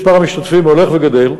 מספר המשתתפים הולך וגדל,